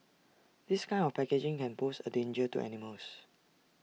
this kind of packaging can pose A danger to animals